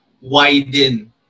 widen